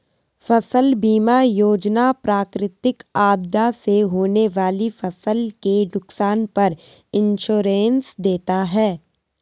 फसल बीमा योजना प्राकृतिक आपदा से होने वाली फसल के नुकसान पर इंश्योरेंस देता है